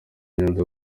nyanza